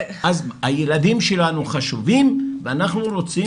אז הילדים שלנו חשובים ואנחנו רוצים